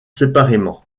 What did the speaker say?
séparément